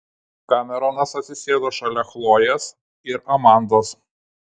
kameronas atsisėdo šalia chlojės ir amandos